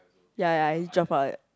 ya ya it jump out